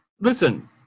listen